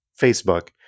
Facebook